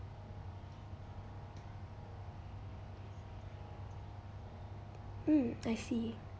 mm I see